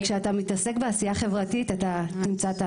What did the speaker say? כשאתה מתעסק בעשייה חברתית ואנשים.